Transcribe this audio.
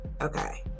okay